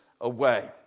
away